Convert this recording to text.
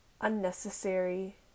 unnecessary